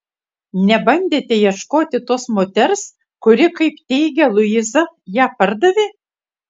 nebandėte ieškoti tos moters kuri kaip teigia luiza ją pardavė